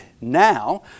now